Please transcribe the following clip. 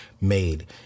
made